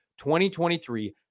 2023